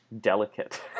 delicate